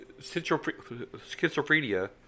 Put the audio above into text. schizophrenia